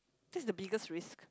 that's the biggest risk